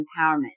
empowerment